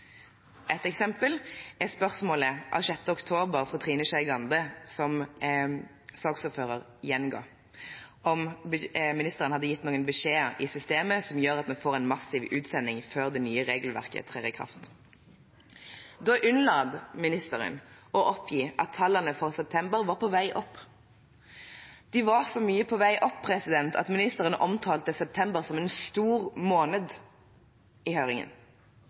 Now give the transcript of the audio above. Et eksempel er spørsmålet av 6. oktober fra Trine Skei Grande, som saksordføreren gjenga, om ministeren hadde gitt «noen beskjeder i systemet som gjør at vi får en massiv utsending før det nye regelverket trer i kraft». Da unnlot ministeren å oppgi at tallene for september var på vei opp. De var så mye på vei opp at ministeren i høringen omtalte september som en ««stor» måned». I